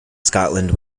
scotland